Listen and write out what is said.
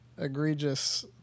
Egregious